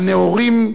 הנאורים,